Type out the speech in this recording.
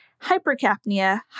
hypercapnia